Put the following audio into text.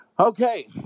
Okay